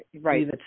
Right